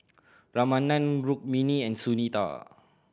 Ramanand Rukmini and Sunita